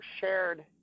shared